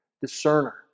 discerner